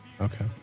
Okay